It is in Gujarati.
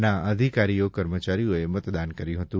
ના અધિકારી કર્મચારીઓએ મતદાન કર્યું હતું